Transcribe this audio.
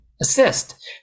assist